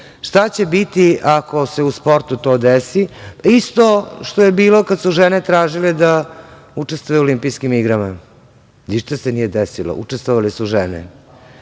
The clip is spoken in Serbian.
reč. Šta će biti ako se u sportu to desi? Isto što je bilo kada su žene tražile da učestvuju u Olimpijskim igrama. Ništa se nije desilo, učestvovale su žene.